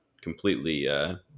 completely